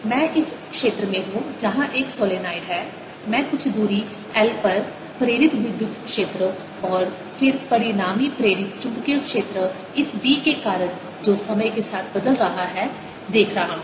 मैं इस क्षेत्र में हूं जहां एक सोलेनोइड है मैं कुछ दूरी l पर प्रेरित विद्युत क्षेत्र और फिर परिणामी प्रेरित चुंबकीय क्षेत्र इस B के कारण जो समय के साथ बदल रहा है देख रहा हूं